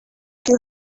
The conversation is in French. que